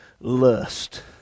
lust